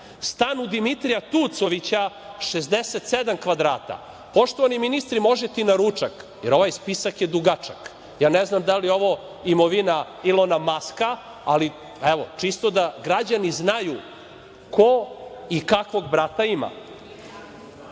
stan u Dimitrija Tucovića 67 kvadrata. Poštovani ministri, možete i na ručak, jer ovaj spisak je dugačak. Ne znam da li je ovo imovina Ilona Maska. Čisto da građani znaju ko i kakvog brata ima.